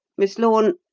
miss lorne,